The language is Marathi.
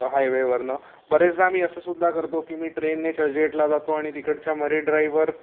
हायवेवरनं बरेचदा मी असं सुद्धा करतो की मी ट्रेनने चर्चगेटला जातो आणि तिकडच्या मरीन ड्राईववर